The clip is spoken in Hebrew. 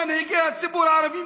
מנהיגי הציבור הערבי,